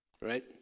right